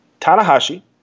Tanahashi